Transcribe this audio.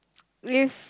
if